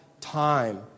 time